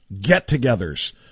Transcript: get-togethers